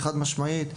חד משמעית.